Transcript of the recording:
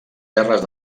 terres